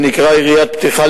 שנקרא "יריית פתיחה",